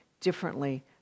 differently